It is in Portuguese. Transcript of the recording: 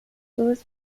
duas